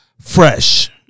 Fresh